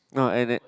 no and net